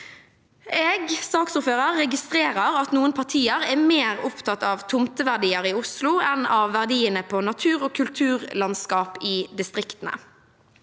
registrerer at noen partier er mer opptatt av tomteverdier i Oslo enn av verdiene på natur- og kulturlandskap i distriktene.